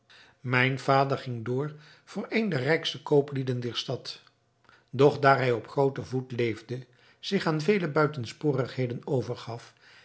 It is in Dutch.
mijn vader ging door voor een der rijkste kooplieden dier stad doch daar hij op grooten voet leefde zich aan vele buitensporigheden overgaf en